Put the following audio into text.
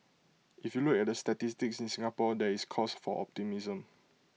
if you look at the statistics in Singapore there is cause for optimism